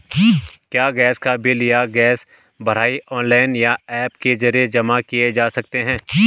क्या गैस का बिल या गैस भराई ऑनलाइन या ऐप के जरिये जमा किये जा सकते हैं?